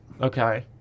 Okay